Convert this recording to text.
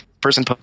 person